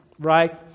Right